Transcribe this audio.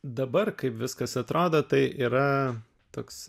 dabar kaip viskas atrodo tai yra toks